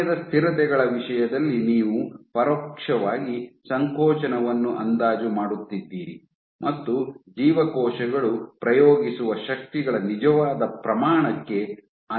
ಸಮಯದ ಸ್ಥಿರತೆಗಳ ವಿಷಯದಲ್ಲಿ ನೀವು ಪರೋಕ್ಷವಾಗಿ ಸಂಕೋಚನವನ್ನು ಅಂದಾಜು ಮಾಡುತ್ತಿದ್ದೀರಿ ಮತ್ತು ಜೀವಕೋಶಗಳು ಪ್ರಯೋಗಿಸುವ ಶಕ್ತಿಗಳ ನಿಜವಾದ ಪ್ರಮಾಣಕ್ಕೆ ಅನುಗುಣವಾಗಿಲ್ಲ